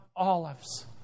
olives